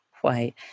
white